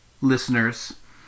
listeners